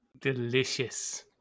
delicious